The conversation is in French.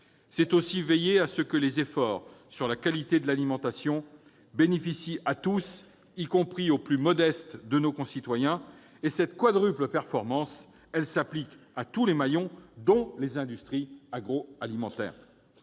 C'est aussi veiller à ce que les efforts sur la qualité de l'alimentation bénéficient à tous, y compris aux plus modestes de nos concitoyens. Cette quadruple performance s'applique à tous les maillons, dont les industries agroalimentaires.